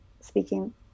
speaking